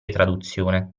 traduzione